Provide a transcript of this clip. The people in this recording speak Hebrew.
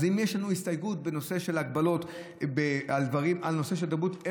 אז אם יש לנו הסתייגות בנושא של הגבלות על דברים בנושא של תרבות,